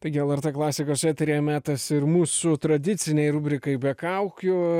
taigi lrt klasikos eteryje metas ir mūsų tradicinei rubrikai be kaukių